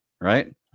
right